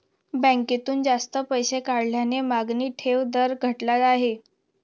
बँकेतून जास्त पैसे काढल्याने मागणी ठेव दर घटला आहे